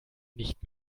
nicht